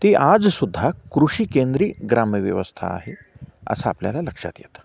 ती आजसुद्धा कृषीकेंद्री ग्रामव्यवस्था आहे असं आपल्याला लक्षात येतं